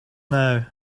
now